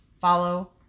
follow